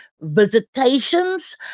visitations